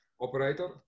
operator